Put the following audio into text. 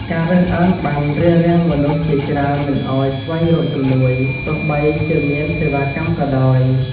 ការរើសអើងបានរារាំងមនុស្សជាច្រើនមិនឱ្យស្វែងរកជំនួយ ទោះបីជាមានសេវាកម្មក៏ដោយ។